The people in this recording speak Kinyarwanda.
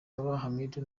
hamidu